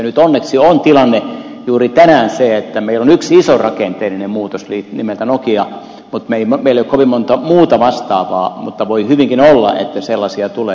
nyt onneksi on tilanne juuri tänään se että meillä on yksi iso rakenteellinen muutos nimeltä nokia mutta meillä ei ole kovin montaa muuta vastaavaa mutta voi hyvinkin olla että sellaisia tulee